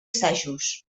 assajos